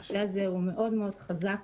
בנוסף יש את